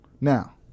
Now